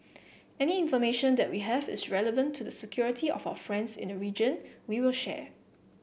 any information that we have is relevant to the security of our friends in the region we will share